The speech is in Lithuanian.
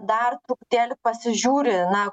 dar truputėlį pasižiūri na